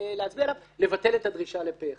להצביע עליו, לבטל את הדרישה לפה אחד.